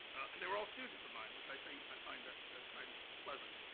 and they were all students of mine, which i think, i find that kind of pleasant.